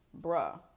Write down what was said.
bruh